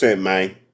man